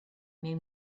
made